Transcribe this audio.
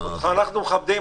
אותך אנחנו מכבדים.